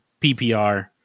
PPR